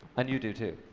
and you do too.